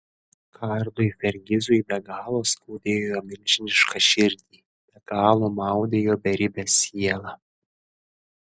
karlui fergizui be galo skaudėjo jo milžinišką širdį be galo maudė jo beribę sielą